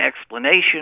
explanation